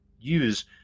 use